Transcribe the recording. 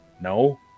no